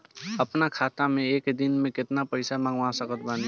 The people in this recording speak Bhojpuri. अपना खाता मे एक दिन मे केतना पईसा मँगवा सकत बानी?